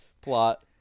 plot